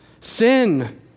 Sin